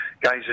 guys